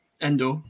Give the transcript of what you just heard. Endor